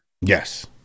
Yes